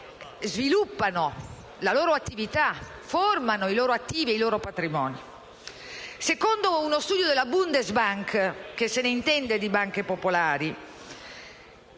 che sviluppano la loro attività e formano i loro attivi e i loro patrimoni. Secondo uno studio della Bundesbank, che se ne intende di banche popolari,